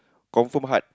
confirm hard